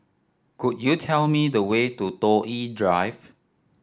could you tell me the way to Toh Yi Drive